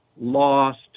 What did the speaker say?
lost